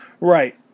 Right